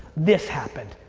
this happened.